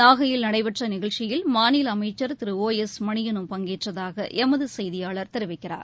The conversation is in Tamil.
நாகையில் நடைபெற்ற நிகழ்ச்சியில் மாநில அமைச்சர் திரு ஓ எஸ் மனியலும் பங்கேற்றதாக எமது செய்தியாளர் தெரிவிக்கிறார்